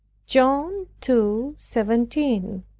john two seventeen.